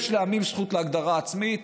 יש לעמים זכות להגדרה עצמית.